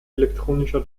elektronischer